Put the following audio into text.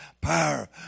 power